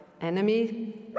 enemy